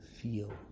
feel